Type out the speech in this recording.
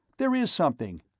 there is something!